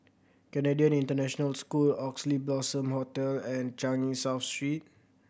Canadian International School Oxley Blossom Hotel and Changi South Street